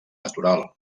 natural